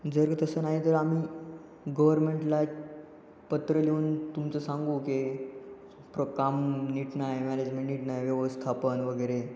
जर तसं नाही तर आम्ही गव्हर्मेंटला पत्र लिहून तुमचं सांगू की प्र काम नीट नाही मॅनेजमेंट नीट नाही व्यवस्थापन वगैरे